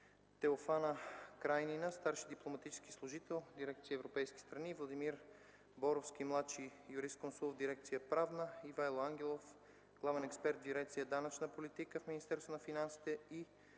Теофана Крайнина – старши дипломатически служител в дирекция „Европейски страни”, и Владимир Боровски – младши юрисконсулт в дирекция „Правна”, Ивайло Ангелов – главен експерт в дирекция „Данъчна политика” в Министерство на финансите, и